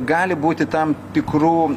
gali būti tam tikrų